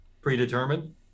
predetermined